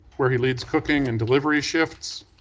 where he leads cooking and delivery shifts.